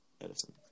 Edison